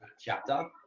chapter